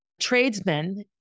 tradesmen